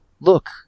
Look